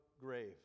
grave